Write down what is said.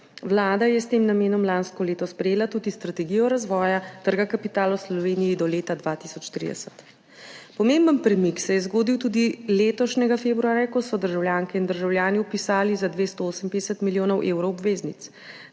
Vlada je s tem namenom lansko leto sprejela tudi Strategijo razvoja trga kapitala v Sloveniji do leta 2030. Pomemben premik se je zgodil tudi letošnjega februarja, ko so državljanke in državljani vpisali za 258 milijonov evrov obveznic.